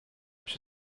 przy